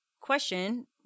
question